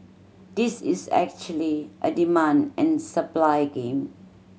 this is actually a demand and supply game